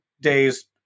days